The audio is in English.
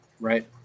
right